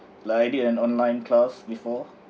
like I did an online class before